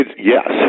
yes